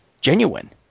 genuine